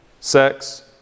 sex